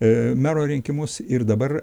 mero rinkimus ir dabar